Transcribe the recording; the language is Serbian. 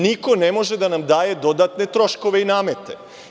Niko ne može da nam daje dodatne troškove i namete.